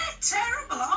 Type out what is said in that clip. terrible